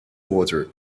water